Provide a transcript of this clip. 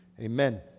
Amen